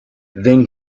then